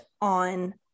on